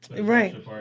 right